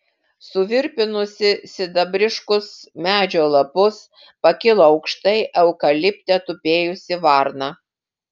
suvirpinusi sidabriškus medžio lapus pakilo aukštai eukalipte tupėjusi varna